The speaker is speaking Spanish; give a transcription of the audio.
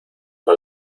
con